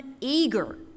eager